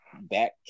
back